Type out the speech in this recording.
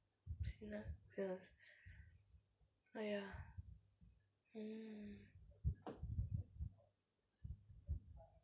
mm